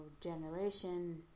Generation